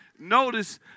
notice